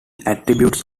attributes